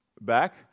back